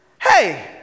Hey